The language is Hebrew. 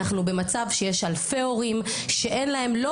אנחנו במצב שיש אלפי הורים שאין להם לא